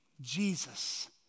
Jesus